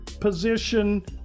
position